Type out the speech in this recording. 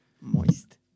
Moist